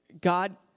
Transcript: God